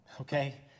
okay